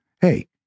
Hey